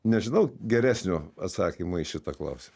nežinau geresnio atsakymo į šitą klausimą